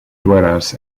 dwellers